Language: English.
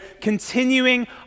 continuing